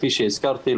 כפי שהזכרתי,